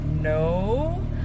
no